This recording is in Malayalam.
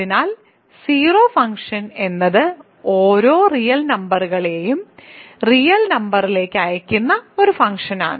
അതിനാൽ സീറോ ഫംഗ്ഷൻ എന്നത് ഓരോ റിയൽ നമ്പറുകളെയും റിയൽ നമ്പറിലേക്ക് അയയ്ക്കുന്ന ഒരു ഫംഗ്ഷനാണ്